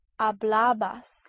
Hablabas